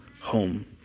home